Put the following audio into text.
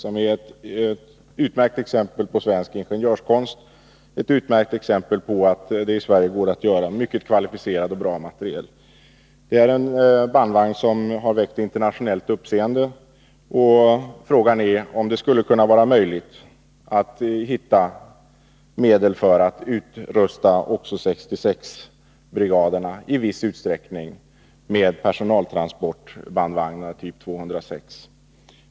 Den utgör ett utmärkt exempel på svensk ingenjörskonst, på att det i Sverige går att göra mycket kvalificerad och bra materiel. Det är en bandvagn som internationellt har väckt uppseende. Frågan är om det skulle kunna vara möjligt att i viss utsträckning också utrusta 66 M-brigaderna med personaltransportbandvagnar av typ 206.